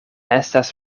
estas